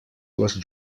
les